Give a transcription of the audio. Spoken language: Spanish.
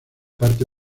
parte